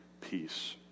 peace